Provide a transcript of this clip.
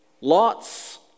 lots